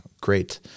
great